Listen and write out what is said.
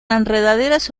enredaderas